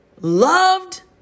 loved